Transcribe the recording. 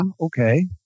okay